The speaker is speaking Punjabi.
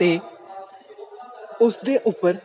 ਅਤੇ ਉਸ ਦੇ ਉੱਪਰ